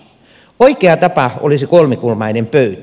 oikea tapa olisi kolmikulmainen pöytä